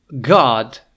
God